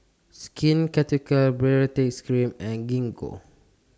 Skin Ceuticals Baritex Cream and Gingko